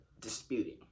disputing